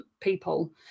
people